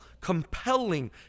compelling